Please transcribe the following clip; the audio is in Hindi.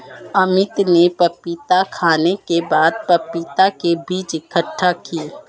अमित ने पपीता खाने के बाद पपीता के बीज इकट्ठा किए